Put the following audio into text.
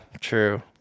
true